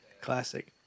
Classic